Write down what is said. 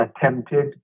attempted